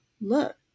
look